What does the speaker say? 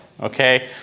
okay